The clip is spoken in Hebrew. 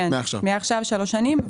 מעכשיו 3 שנים.